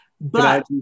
But-